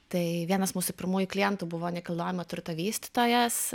tai vienas mūsų pirmųjų klientų buvo nekilnojamo turto vystytojas